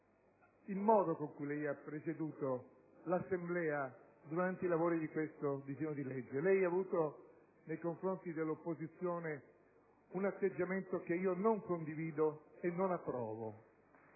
il modo con cui lei ha presieduto l'Assemblea durante i lavori relativi a questo disegno di legge. Lei ha avuto, nei confronti dell'opposizione, un atteggiamento che io non condivido e non approvo.